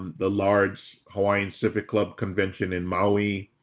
the large hawaiian pacific club convention in maui,